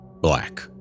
Black